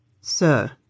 Sir